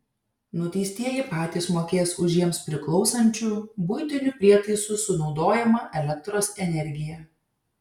nuteistieji patys mokės už jiems priklausančių buitinių prietaisų sunaudojamą elektros energiją